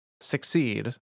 succeed